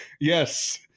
yes